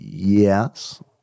Yes